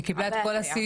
היא קיבלה את כל הסיוע,